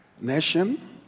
nation